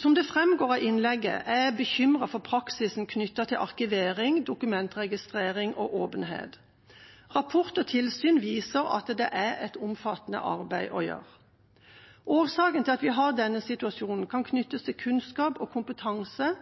Som det framgår av innlegget, er jeg bekymret for praksisen knyttet til arkivering, dokumentregistrering og åpenhet. Rapporter og tilsyn viser at det er et omfattende arbeid å gjøre. Årsaken til at vi har denne situasjonen, kan knyttes til kunnskap og kompetanse,